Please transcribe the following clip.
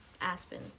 Aspen